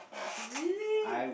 really